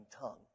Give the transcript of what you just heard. tongue